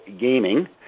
Gaming